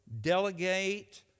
delegate